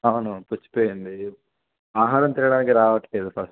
అవునవును పుచ్చిపోయింది ఆహారం తినడానికి రావట్లేదు ఫర్స్ట్